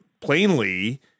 plainly